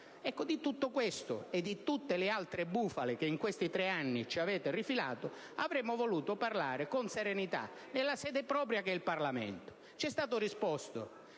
Di tutto questo e di tutte le altre "bufale" che in questi tre anni ci avete rifilato avemmo voluto parlare con serenità nella sede propria, che è il Parlamento. Ci è stato risposto